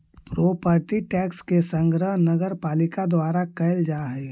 property tax के संग्रह नगरपालिका द्वारा कैल जा हई